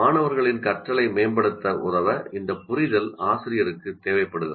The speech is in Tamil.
மாணவர்களின் கற்றலை மேம்படுத்த உதவ இந்த புரிதல் ஆசிரியருக்கு தேவைப்படுகிறது